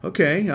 Okay